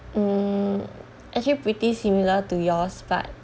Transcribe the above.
hmm actually pretty similar to yours but